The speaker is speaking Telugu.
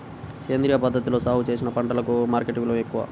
సేంద్రియ పద్ధతిలో సాగు చేసిన పంటలకు మార్కెట్ విలువ ఎక్కువ